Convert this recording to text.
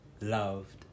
loved